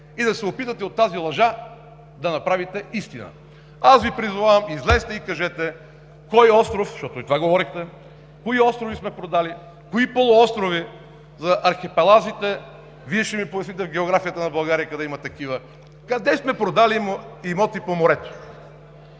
и да се опитате от тази лъжа да направите истина. Аз Ви призовавам: излезте и кажете кой остров – защото и това говорихме, кои острови сме продали, кои полуострови, за архипелазите Вие ще ми поясните в географията на България къде има такива – къде сме продали имоти по морето?